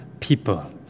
people